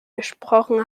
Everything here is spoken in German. gesprochen